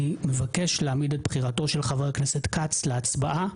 אני מבקש להעמיד את בחירתו של חבר הכנסת כץ להצבעה.